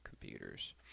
computers